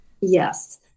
Yes